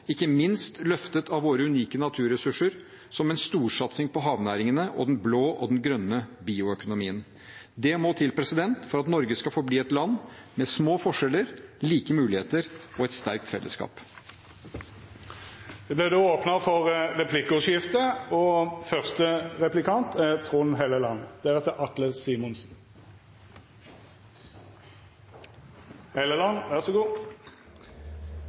ikke minst løftet av våre unike naturressurser som en storsatsing på havnæringene, på den blå og den grønne bioøkonomien. Det må til for at Norge skal forbli et land med små forskjeller, like muligheter og et sterkt fellesskap. Det vert replikkordskifte. Jeg har sett gjennom de siste budsjettdebattene og